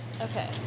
Okay